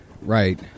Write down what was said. Right